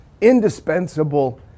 indispensable